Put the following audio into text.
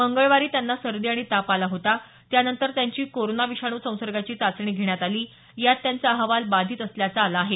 मंगळवारी त्यांना सर्दी आणि ताप आला होता त्यानंतर त्यांची कोरोना विषाणू संसर्गाची चाचणी घेण्यात आली यात त्यांचा अहवाल बाधित असल्याचा आला आहे